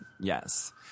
yes